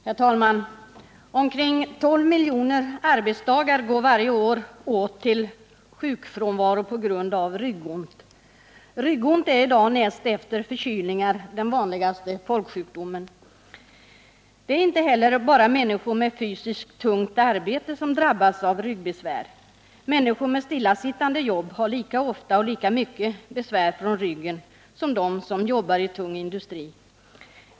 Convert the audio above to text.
Herr talman! Omkring 12 miljoner arbetsdagar går varje år åt till sjukfrånvaro på grund av ryggont. Ryggont är i dag näst efter förkylningar den vanligaste folksjukdomen. Det är inte bara människor med fysiskt tungt arbete som drabbas av ryggbesvär. Människor med stillasittande jobb har lika ofta och lika mycket besvär från ryggen som de som jobbar i tung industri.